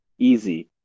easy